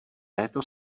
této